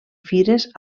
fires